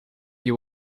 you